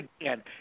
again